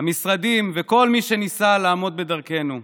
המשרד וכל מי שניסה לעמוד בדרכנו.